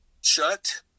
shut